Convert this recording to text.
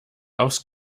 aufs